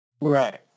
right